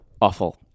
Awful